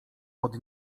pod